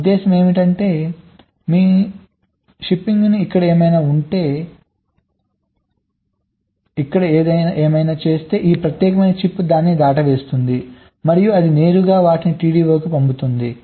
నా ఉద్దేశ్యం ఏమిటంటే మీ షిఫ్టింగ్ను ఇక్కడ ఏమైనా చేస్తే ఈ ప్రత్యేకమైన చిప్ దానిని దాటవేస్తుంది మరియు అది నేరుగా వాటిని TDO కి పంపుతుంది